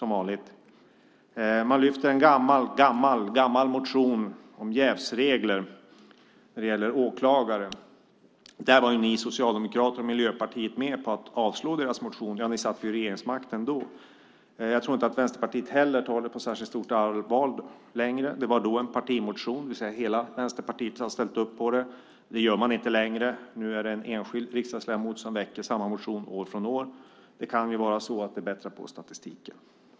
Man lyfter fram en gammal motion om jävsregler när det gäller åklagare. Socialdemokraterna och Miljöpartiet var med om att avslå deras motion, och ni hade ju regeringsmakten då. Jag tror inte att Vänsterpartiet heller tar det på särskilt stort allvar längre. Då var det en partimotion, det vill säga att hela Vänsterpartiet ställde upp på den. Det gör man inte längre. Nu är det en enskild riksdagsledamot som väcker samma motion år efter år. Det kan ju vara så att det bättrar på statistiken.